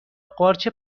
قارچ